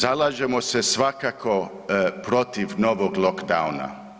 Zalažemo se svakako protiv novog locksowna.